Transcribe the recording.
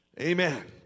Amen